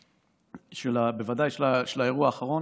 בוודאי, באירוע האחרון,